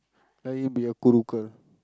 let you be a kurukkal